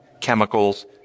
Chemicals